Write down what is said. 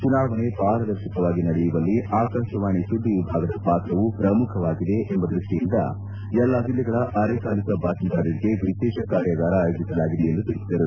ಚುನಾವಣೆ ಪಾರದರ್ಶಕವಾಗಿ ನಡೆಯುವಲ್ಲಿ ಆಕಾಶವಾಣಿ ಸುದ್ದಿ ವಿಭಾಗದ ಪಾತ್ರವೂ ಪ್ರಮುಖವಾಗಿದೆ ಎಂಬ ದೃಷ್ಷಿಯಿಂದ ಎಲ್ಲಾ ಜಿಲ್ಲೆಗಳ ಅರೆಕಾಲಿಕ ಬಾತ್ತೀದಾರರಿಗೆ ವಿಶೇಷ ಕಾರ್ಯಗಾರ ಆಯೋಜಿಸಲಾಗಿದೆ ಎಂದು ತಿಳಿಸಿದರು